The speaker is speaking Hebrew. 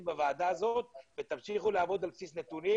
בוועדה הזאת ותמשיכו לעבוד על בסיס נתונים,